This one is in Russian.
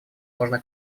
можно